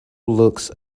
looks